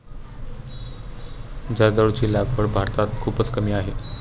जर्दाळूची लागवड भारतात खूपच कमी आहे